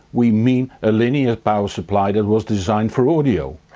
we mean a linear power supply that was designed for audio.